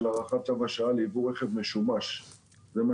הארכת צו השעה ליבוא רכב משומש --- לא,